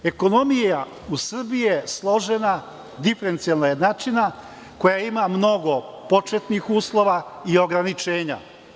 Ekonomija u Srbiji je složena diferencijalna jednačina koja ima mnogo početnik uslova i ograničenja.